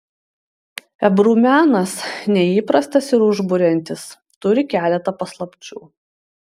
ebru menas neįprastas ir užburiantis turi keletą paslapčių